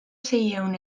seiehun